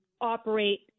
operate